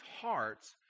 hearts